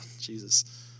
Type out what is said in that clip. Jesus